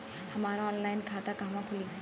हमार ऑनलाइन खाता कहवा खुली?